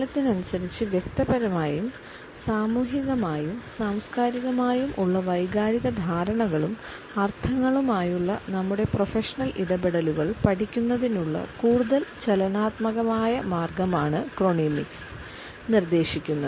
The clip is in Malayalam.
കാലത്തിനനുസരിച്ച് വ്യക്തിപരമായും സാമൂഹികമായും സാംസ്കാരികമായും ഉള്ള വൈകാരിക ധാരണകളും അർത്ഥങ്ങളുമായുള്ള നമ്മുടെ പ്രൊഫഷണൽ ഇടപെടലുകൾ പഠിക്കുന്നതിനുള്ള കൂടുതൽ ചലനാത്മകമായ മാർഗം ആണ് ക്രോണമിക്സ് നിർദ്ദേശിക്കുന്നത്